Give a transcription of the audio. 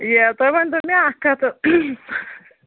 یہِ تُہۍ ؤنۍتو مےٚ اَکھ کَتھ